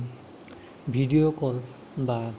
video call বা